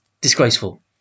disgraceful